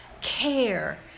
care